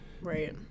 Right